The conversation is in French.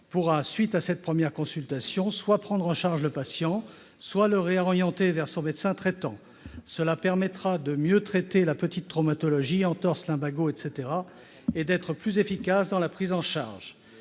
pourra, à la suite de cette première consultation, soit prendre en charge le patient, soit le réorienter vers son médecin traitant. Cela permettra de mieux traiter la petite traumatologie telle qu'entorses ou lumbagos et d'être plus efficace dans la prise en charge.